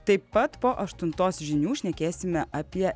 taip pat po aštuntos žinių šnekėsime apie